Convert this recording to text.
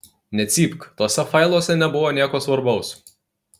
necypk tuose failuose nebuvo nieko svarbaus